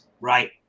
Right